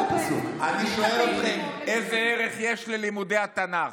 אני שואל אתכם: איזה ערך יש ללימוד התנ"ך?